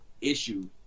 issue